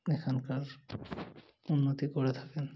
এখানকার উন্নতি করে থাকেন